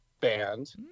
band